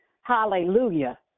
Hallelujah